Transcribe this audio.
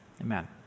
Amen